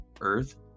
earth